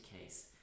case